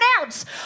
ounce